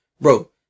Bro